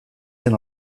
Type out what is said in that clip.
zen